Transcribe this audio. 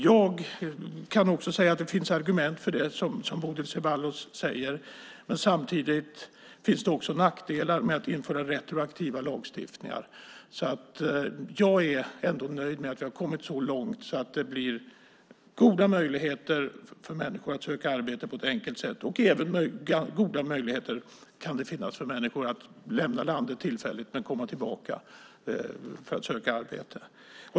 Jag kan också se att det finns argument för det som Bodil Ceballos tar upp, men samtidigt finns det nackdelar med att införa lagstiftning retroaktivt. Därför är jag ändå nöjd med att vi har kommit så långt att det blir goda möjligheter för människor att söka arbete på ett enkelt sätt, och det kan även finnas goda möjligheter för människor att lämna landet tillfälligt men komma tillbaka för att söka arbete.